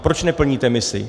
Proč neplníte misi?